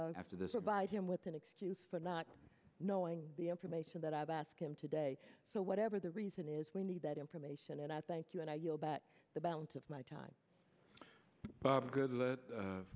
after this or by him with an excuse for not knowing the information that i've asked him today so whatever the reason is we need that information and i thank you and i yield back the balance of my time